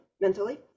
mentally